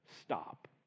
stop